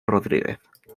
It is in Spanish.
rodríguez